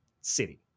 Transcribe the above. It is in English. city